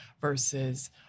versus